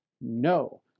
no